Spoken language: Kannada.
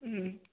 ಹ್ಞೂಂ